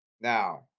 Now